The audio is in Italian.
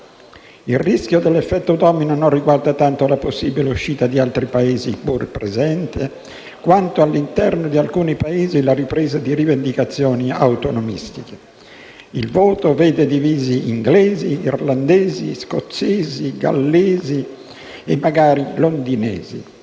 Il rischio dell'effetto domino non riguarda tanto la possibile uscita di altri Paesi, pur presente, quanto all'interno di alcuni Paesi la ripresa di rivendicazioni autonomistiche. Il voto vede divisi inglesi, irlandesi, scozzesi, gallesi e, magari, londinesi.